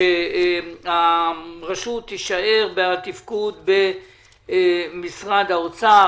שהרשות תישאר בתפקוד במשרד האוצר,